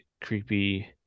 creepy